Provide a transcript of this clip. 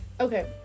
okay